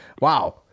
Wow